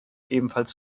ebenfalls